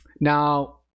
Now